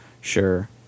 Sure